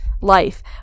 life